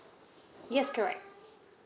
yes correct